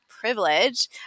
privilege